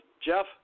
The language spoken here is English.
Jeff